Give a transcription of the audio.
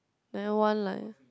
then one like